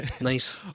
Nice